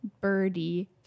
birdie